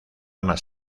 más